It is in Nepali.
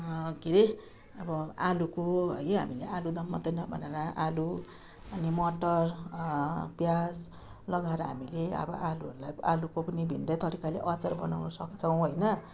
के अरे अब आलुको है हामीले आलुदम मात्रै नबनाएर आलु अनि मटर प्याज लगाएर हामीले अब आलुहरूलाई आलुको पनि भिन्दै तरिकाले अचार बनाउन सक्छौँ होइन